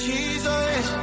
Jesus